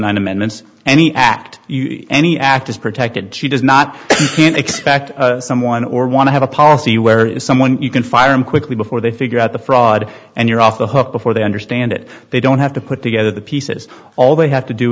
and amendments any act any act is protected she does not expect someone or want to have a policy where is someone you can fire him quickly before they figure out the fraud and you're off the hook before they understand it they don't have to put together the pieces all they have to do